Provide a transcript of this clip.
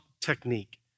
technique